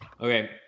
Okay